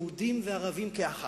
יהודים וערבים כאחד,